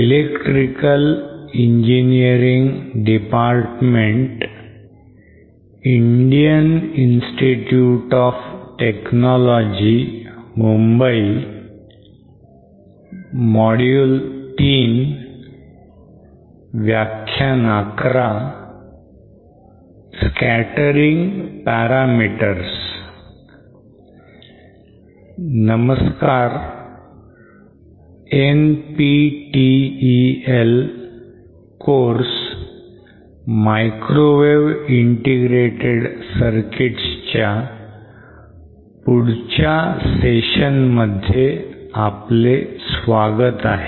NPTEL course 'Microwave integrated circuits' च्या पुढच्या session मध्ये आपलं स्वागत आहे